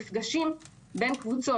המפגשים בין קבוצות.